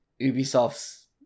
Ubisoft's